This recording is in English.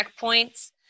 checkpoints